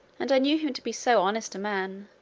and i knew him to be so honest a man,